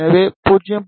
எனவே 0